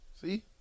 See